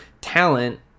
talent